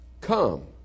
Come